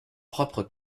propre